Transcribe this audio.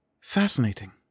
fascinating